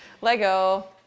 Lego